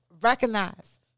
recognize